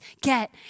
get